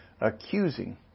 accusing